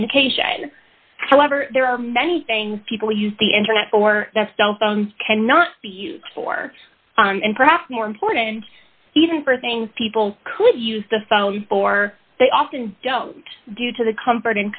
communication however there are many things people use the internet for that stuff cannot be used for and perhaps more important even for things people could use the phone or they often don't due to the comfort